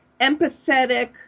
empathetic